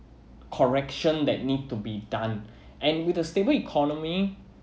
correction that need to be done and with a stable economy